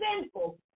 sinful